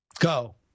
Go